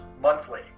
monthly